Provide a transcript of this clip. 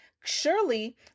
Surely